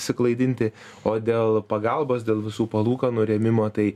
suklaidinti o dėl pagalbos dėl visų palūkanų rėmimo tai